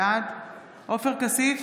בעד עופר כסיף,